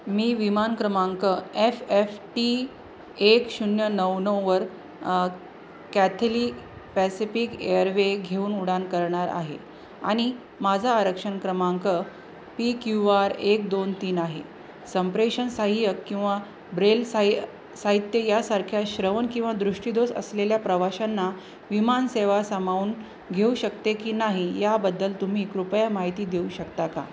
मी विमान क्रमांक F F T एक शून्य नऊ नऊ वर कॅथली पॅसिफिक एअरवे घेऊन उड्डाण करणार आहे आणि माझा आरक्षण क्रमांक पी क्यू आर एक दोन तीन आहे संप्रेषण सहाय्य किंवा ब्रेल साहित्य यासारख्या श्रवण किंवा दृष्टीदोष असलेल्या प्रवाशांना विमानसेवा सामावून घेऊ शकते की नाही याबद्दल तुम्ही कृपया माहिती देऊ शकता का